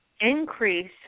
increase